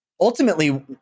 ultimately